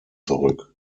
zurück